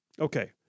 Okay